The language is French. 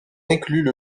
incluent